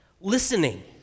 listening